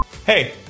Hey